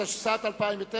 התשס"ט 2009,